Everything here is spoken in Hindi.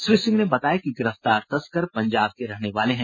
श्री सिंह ने बताया कि गिरफ्तार तस्कर पंजाब के रहने वाले हैं